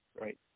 right